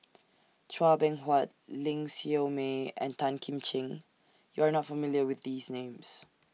Chua Beng Huat Ling Siew May and Tan Kim Ching YOU Are not familiar with These Names